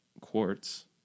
Quartz